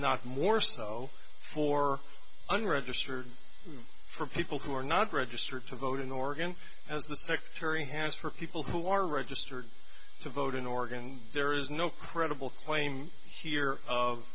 not more so for unregistered for people who are not registered to vote in oregon as the secretary has for people who are registered to vote in oregon there is no credible claim here of